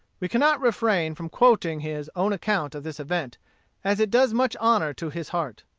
we cannot refrain from quoting his own account of this event as it does much honor to his heart.